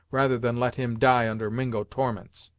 rather than let him die under mingo torments.